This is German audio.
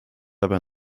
aber